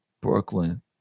Brooklyn